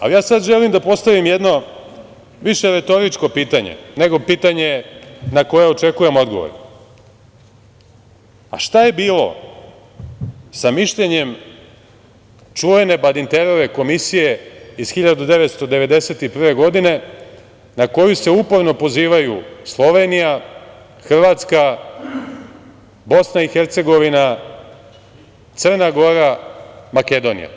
Ali, ja sad želim da postavim jedno više retoričko pitanje, nego pitanje na koje očekujem odgovor - šta je bilo sa mišljenjem čuvene Badinterove komisije iz 1991. godine, na koju se uporno pozivaju Slovenija, Hrvatska, BiH, Crna Gora, Makedonija?